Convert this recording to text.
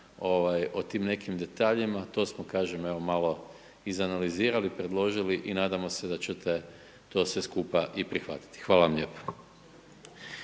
o tim nekim detaljima, to smo, kažem evo malo izanalizirali, predložili i nadamo se da ćete to sve skupa i prihvatiti. Hvala vam lijepo.